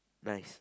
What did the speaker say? nice